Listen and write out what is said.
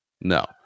no